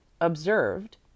observed